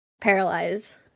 paralyze